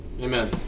Amen